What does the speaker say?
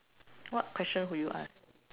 what question would you ask